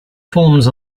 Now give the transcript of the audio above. forms